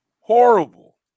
Horrible